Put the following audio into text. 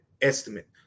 estimate